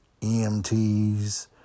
EMTs